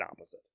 opposite